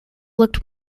looked